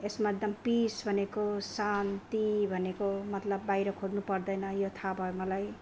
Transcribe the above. यसमा एकदम पिस भनेको शान्ति भनेको मतलब बाहिर खोज्नु पर्दैन यो थाहा भयो मलाई